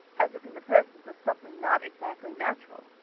as if in the presence of something not exactly natural.